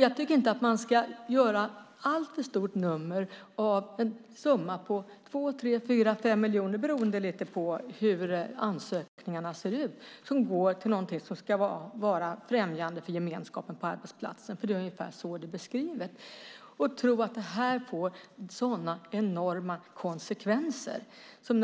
Jag tycker inte att man ska göra alltför stort nummer av en summa på 2, 3, 4, 5 miljoner, beroende lite på hur ansökningarna ser ut, som går till något som ska vara främjande för gemenskapen på arbetsplatsen - det är ungefär så det är beskrivet - och tro att det får sådana enorma konsekvenser.